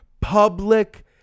public